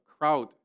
crowd